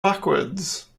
backwards